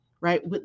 right